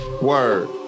Word